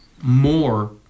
more